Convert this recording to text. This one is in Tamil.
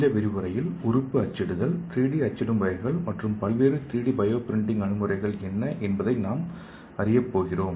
இந்த விரிவுரையில் உறுப்பு அச்சிடுதல் 3 டி அச்சிடும் வகைகள் மற்றும் பல்வேறு 3D பயோ பிரிண்டிங் அணுகுமுறைகள் என்ன என்பதை நாம் அறியப்போகிறோம்